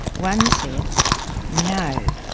one said no,